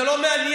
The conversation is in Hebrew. זה לא מעניין,